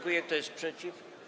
Kto jest przeciw?